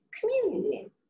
community